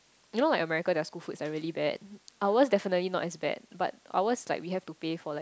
you know like America their school food is like really bad ours definitely not as bad but ours like we have to pay for like